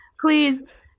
please